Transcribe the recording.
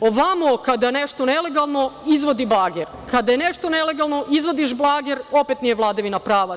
Ovamo, kada je nešto nelegalno, izvodi bager, kada je nešto nelegalno, izvodiš blager, opet nije vladavina prava.